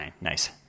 Nice